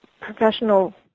professional